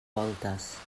voltes